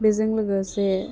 बेजों लोगोसे